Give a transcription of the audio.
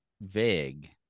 vague